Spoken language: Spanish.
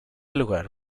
lugar